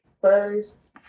first